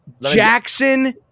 Jackson